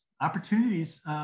opportunities